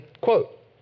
quote